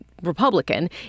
Republican